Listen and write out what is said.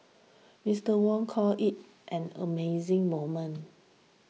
Mister Wong called it an amazing moment